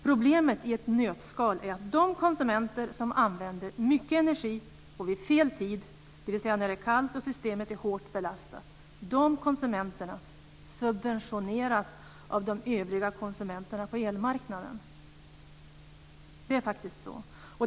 Problemet i ett nötskal är att de konsumenter som använder mycket energi och vid fel tid, dvs. när det är kallt och systemet är hårt belastat, subventioneras av de övriga konsumenterna på elmarknaden. Det är faktiskt så.